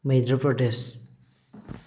Madhya Pradesh